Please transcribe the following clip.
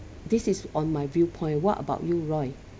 this is on my viewpoint what about you roy